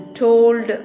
told